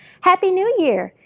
happy new year.